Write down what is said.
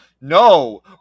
No